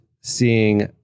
seeing